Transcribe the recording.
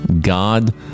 God